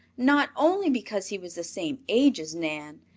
not only because he was the same age as nan,